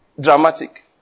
dramatic